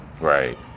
Right